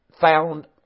found